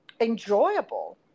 enjoyable